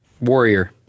Warrior